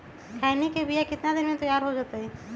खैनी के बिया कितना दिन मे तैयार हो जताइए?